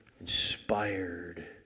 inspired